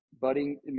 budding